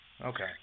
Okay